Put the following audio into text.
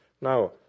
Now